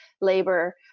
labor